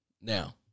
Now